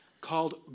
called